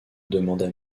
demanda